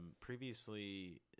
previously